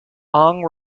ang